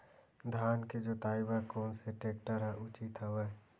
धान के जोताई बर कोन से टेक्टर ह उचित हवय?